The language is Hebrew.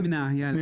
אני נמנע, יאללה.